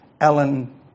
Ellen